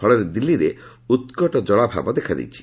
ଫଳରେ ଦିଲ୍ଲୀରେ ଉତ୍କଟ ଜଳାଭାବ ଦେଖାଦେଇଛି